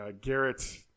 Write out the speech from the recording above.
Garrett